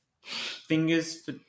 fingers